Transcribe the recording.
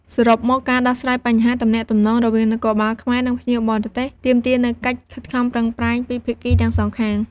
សរុបមក ការដោះស្រាយបញ្ហាទំនាក់ទំនងរវាងនគរបាលខ្មែរ និងភ្ញៀវបរទេសទាមទារនូវកិច្ចខិតខំប្រឹងប្រែងពីភាគីទាំងសងខាង។